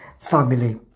family